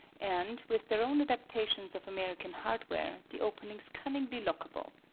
and, with their own adaptations of american hardware, the openings cun ningly lockable.